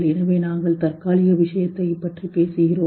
எனவே நாங்கள் தற்காலிக விஷயத்தைப் பற்றி பேசுகிறோம்